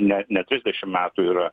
ne ne trisdešim metų yra